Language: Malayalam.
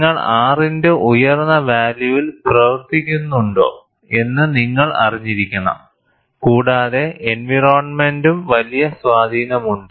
നിങ്ങൾ R ന്റെ ഉയർന്ന വാല്യൂവിൽ പ്രവർത്തിക്കുന്നുണ്ടോ എന്ന് നിങ്ങൾ അറിഞ്ഞിരിക്കണം കൂടാതെ എൻവയറോണ്മെന്റ്നും വലിയ സ്വാധീനമുണ്ട്